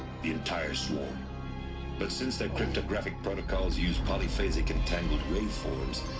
the entire swarm but since their cryptographic protocols use polyphasic entangled waveforms.